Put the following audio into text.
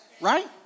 right